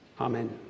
Amen